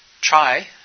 try